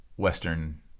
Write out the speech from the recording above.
Western